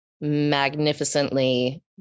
magnificently